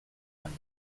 años